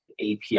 API